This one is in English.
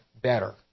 better